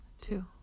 Two